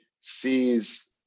sees